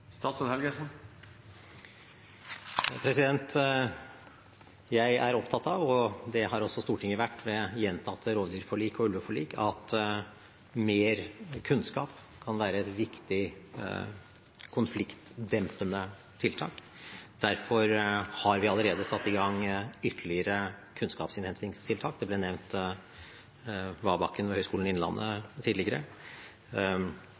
Jeg er opptatt av, og det har også Stortinget vært ved gjentatte rovdyrforlik og ulveforlik, at mer kunnskap kan være et viktig konfliktdempende tiltak. Derfor har vi allerede satt i gang ytterligere kunnskapsinnhentingstiltak. Wabakken ved Høgskolen i Innlandet ble nevnt